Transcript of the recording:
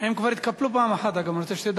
הם כבר התקפלו פעם אחת, אגב, אני רוצה שתדע.